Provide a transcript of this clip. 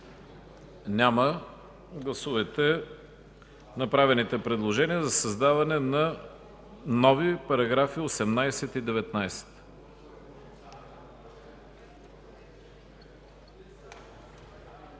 Няма. Гласувайте направените предложения за създаване на нови параграфи 18 и 19.